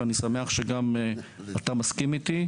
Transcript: ואני שמח שגם אתה מסכים איתי.